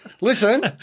Listen